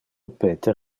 peter